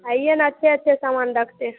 आइए न अच्छे अच्छे सामान रखते हैं